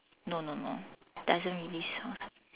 no no no doesn't really sound